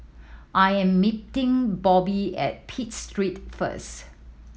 I am meeting Bobbi at Pitt Street first